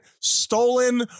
stolen